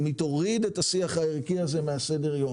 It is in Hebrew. אם היא תוריד את השיח הערכי הזה מסדר היום,